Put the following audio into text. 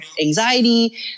anxiety